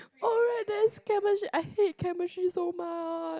alright that's chemistry I hate chemistry so much